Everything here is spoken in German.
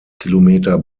kilometer